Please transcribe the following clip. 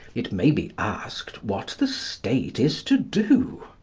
it may be asked what the state is to do.